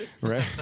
right